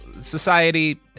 society